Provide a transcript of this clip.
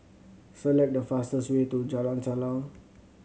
select the fastest way to Jalan Salang